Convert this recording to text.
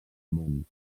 món